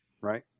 right